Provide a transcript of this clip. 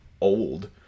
old